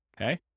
okay